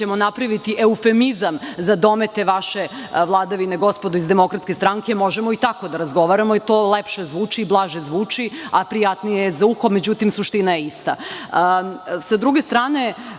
napraviti eufemizam za domete vaše vladavine, gospodo iz DS, možemo i tako da razgovaramo. To lepše zvuči i blaže zvuči, a prijatnije je i za uho. Međutim, suština je ista. Sa druge strane,